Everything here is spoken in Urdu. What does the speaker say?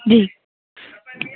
جی